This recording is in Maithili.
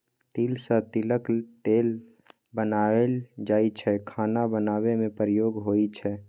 तिल सँ तिलक तेल बनाएल जाइ छै खाना बनेबा मे प्रयोग होइ छै